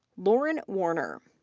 lauren warner,